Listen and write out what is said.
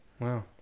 Wow